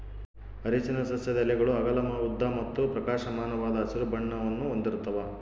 ಅರಿಶಿನ ಸಸ್ಯದ ಎಲೆಗಳು ಅಗಲ ಉದ್ದ ಮತ್ತು ಪ್ರಕಾಶಮಾನವಾದ ಹಸಿರು ಬಣ್ಣವನ್ನು ಹೊಂದಿರ್ತವ